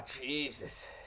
Jesus